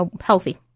healthy